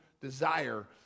desire